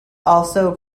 also